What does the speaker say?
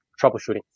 troubleshooting